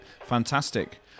Fantastic